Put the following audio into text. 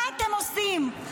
מה אתם עושים?